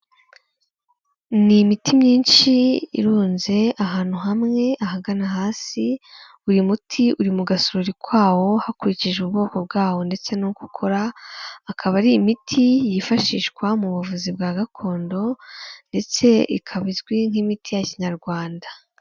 Ni imiti myinshi irunze ahantu hamwe ahagana hasi, buri muti uri mu gasorori kawo hakurikijwe ubwoko bwawo ndetse n'uko ukora, akaba ari imiti yifashishwa mu buvuzi bwa gakondo ndetse ikaba izwi nk'imiti ya Kinyarwanda.